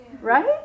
right